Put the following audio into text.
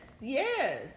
yes